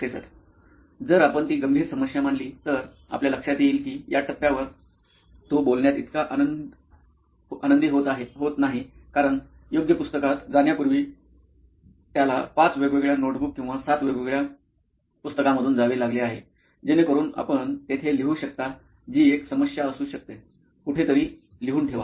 professor जर आपण ती गंभीर समस्या मानली तर आपल्या लक्षात येईल की या टप्प्यावर तो बोलण्यात इतका आनंद होत नाही कारण योग्य पुस्तकात जाण्यापूर्वी त्याला पाच वेगवेगळ्या नोटबुक किंवा सात वेगवेगळ्या पाठ्यपुस्तकांमधून जावे लागले आहे जेणेकरून आपण तेथे लिहू शकता जी एक समस्या असू शकता कुठेतरी हे लिहून ठेवा